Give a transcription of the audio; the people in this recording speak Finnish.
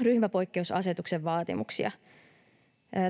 ryhmäpoikkeusasetuksen vaatimuksia.